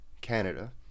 Canada